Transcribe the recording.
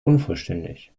unvollständig